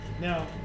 Now